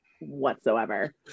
Whatsoever